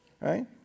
right